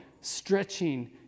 stretching